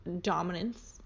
dominance